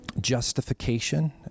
justification